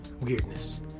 weirdness